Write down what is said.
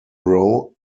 north